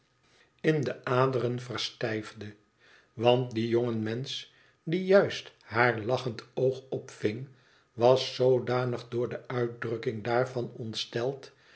in de aderen verstijfde want die jonge mensch die juist haar lachend oog opving was zoodanig door de uitdrukking daarvan ontsteld